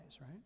right